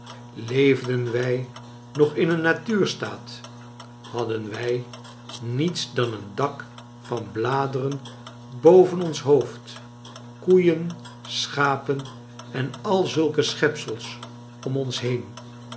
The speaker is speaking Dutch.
leefden wij nog in een natuurstaat hadden wij niets dan een dak van bladeren boven ons hoofd koeien schapen en al zulke schepsels om ons heen